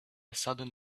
sudden